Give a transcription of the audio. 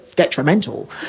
Detrimental